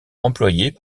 employés